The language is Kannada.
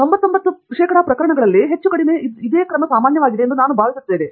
99 ಪ್ರಕರಣಗಳಲ್ಲಿ ಇದು ಹೆಚ್ಚು ಕಡಿಮೆ ಅಥವಾ ಸಾಮಾನ್ಯವಾಗಿದೆ ಎಂದು ನಾನು ಭಾವಿಸುತ್ತೇನೆ